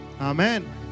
Amen